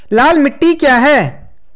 लाल मिट्टी क्या है?